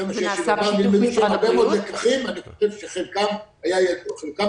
יש הרבה מאוד לקחים ואני חושב שחלקם גדול